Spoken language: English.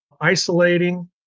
isolating